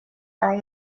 are